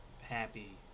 happy